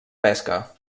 pesca